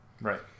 Right